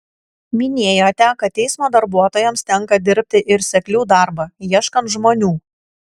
minėjote kad teismo darbuotojams tenka dirbti ir seklių darbą ieškant žmonių